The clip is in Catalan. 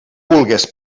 vulgues